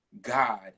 God